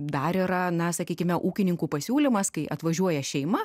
dar yra na sakykime ūkininkų pasiūlymas kai atvažiuoja šeima